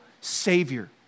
savior